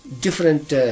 different